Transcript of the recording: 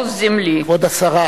כבוד השרה.